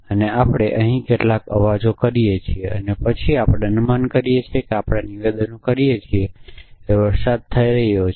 અને આપણે અહીં કેટલાક અવાજો કરીએ છીએ અને પછી આપણે અનુમાન કરીએ છીએ કે આપણે નિવેદનો કરીએ છીએ કે તે વરસાદ થઈ રહ્યો છે